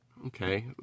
okay